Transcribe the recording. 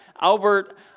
Albert